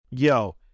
Yo